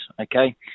okay